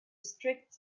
strict